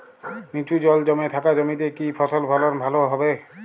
নিচু জল জমে থাকা জমিতে কি ফসল ফলন ভালো হবে?